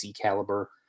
caliber